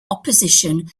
opposition